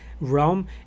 realm